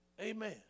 Amen